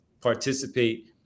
participate